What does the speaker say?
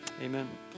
Amen